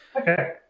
Okay